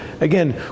again